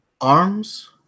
Arms